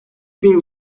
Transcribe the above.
bin